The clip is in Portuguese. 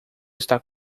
está